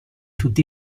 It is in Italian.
tutti